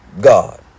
God